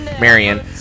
Marion